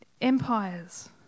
Empires